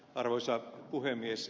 arvoisa puhemies